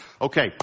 Okay